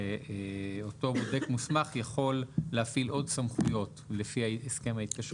שאותו בודק מוסמך יכול להפעיל עוד סמכויות לפי הסכם ההתקשרות?